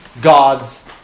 God's